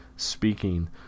speaking